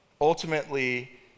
Ultimately